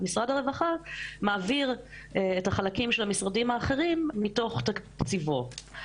ומשרד הרווחה מעביר את החלקים של המשרדים האחרים מתוך תקציבו.